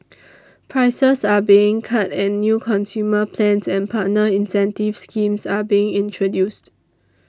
prices are being cut and new consumer plans and partner incentive schemes are being introduced